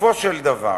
בסופו של דבר